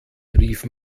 rief